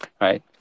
right